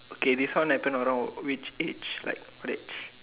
okay this one I turn around which age like what age